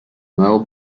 nuevo